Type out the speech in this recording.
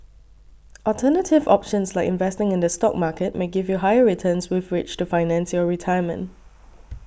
alternative options like investing in the stock market may give you higher returns with which to finance your retirement